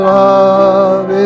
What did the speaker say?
love